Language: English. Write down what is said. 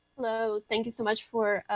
hello. thank you so much for